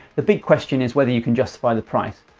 the big question is whether you can justify the price,